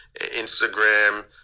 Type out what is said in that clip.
Instagram